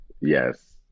Yes